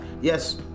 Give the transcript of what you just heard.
Yes